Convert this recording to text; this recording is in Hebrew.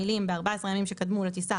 המילים "ב-14 הימים שקדמו לטיסה",